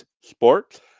Sports